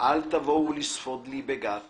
אל תבואו לספוד לי בגת